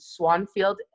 Swanfield